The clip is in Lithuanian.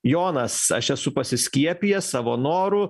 jonas aš esu pasiskiepijęs savo noru